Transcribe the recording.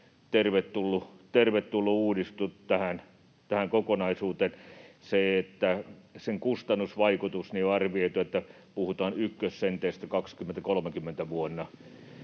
tervetullut uudistus tähän kokonaisuuteen. Sen kustannusvaikutuksesta on arvioitu, että puhutaan ykkössenteistä vuonna